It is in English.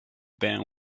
ben